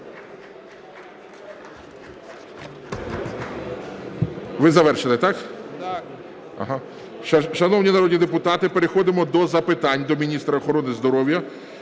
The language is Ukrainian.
Ви завершили, так? Шановні народні депутати, переходимо до запитань до міністра охорони здоров'я